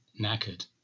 knackered